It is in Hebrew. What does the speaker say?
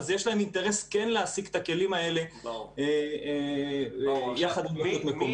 אז יש להם אינטרס כן להעסיק את הכלים האלה יחד עם רשות מקומית.